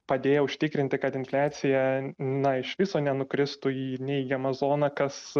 padėjo užtikrinti kad infliacija na iš viso nenukristų į neigiamą zoną kas